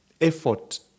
effort